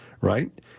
Right